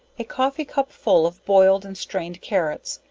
a coffee cup full of boiled and strained carrots,